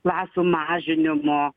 klasių mažinimo